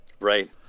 Right